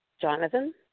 Jonathan